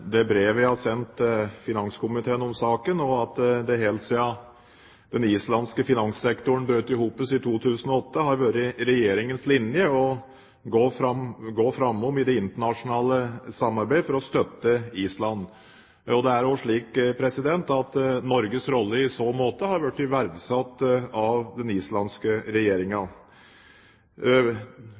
det brevet jeg har sendt finanskomiteen om saken, og at det helt siden den islandske finanssektoren brøt i sammen i 2008, har vært Regjeringens linje å gå foran i det internasjonale samarbeidet for å støtte Island. Det er også slik at Norges rolle i så måte har blitt verdsatt av den islandske